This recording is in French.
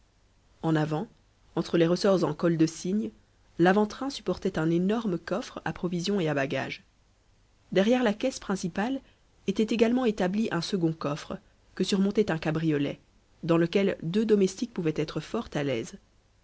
en avant entre les ressorts en cols de cygne l'avant-train supportait un énorme coffre à provisions et à bagages derrière la caisse principale était également établi un second coffre que surmontait un cabriolet dans lequel deux domestiques pouvaient être fort à l'aise